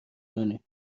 کنی